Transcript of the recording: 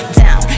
down